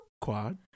Quad